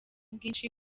bwinshi